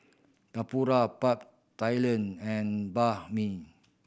Tempura Pad Thailand and Banh Mi